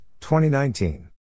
2019